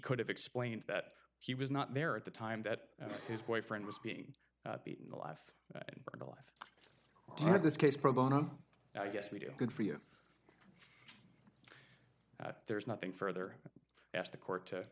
could have explained that he was not there at the time that his boyfriend was being beaten alive to this case pro bono i guess we do good for you that there's nothing further asked the court to